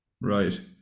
Right